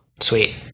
Sweet